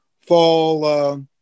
fall